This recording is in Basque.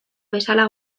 bezala